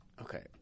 Okay